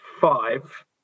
five